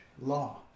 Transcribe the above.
law